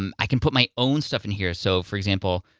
um i can put my own stuff in here, so for example,